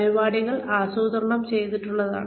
പരിപാടികൾ ആസൂത്രണം ചെയ്തിട്ടുള്ളതാണ്